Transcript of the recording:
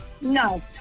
No